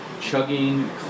chugging